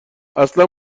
اصلا